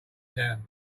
town